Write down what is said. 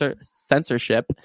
censorship